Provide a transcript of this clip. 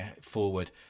forward